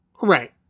Right